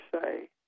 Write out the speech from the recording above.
say